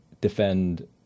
defend